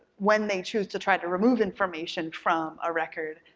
when they choose to try to remove information from a record,